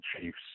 Chiefs